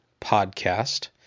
Podcast